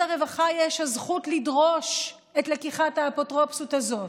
הרווחה יש הזכות לדרוש את לקיחת האפוטרופסות הזאת.